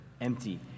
empty